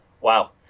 Wow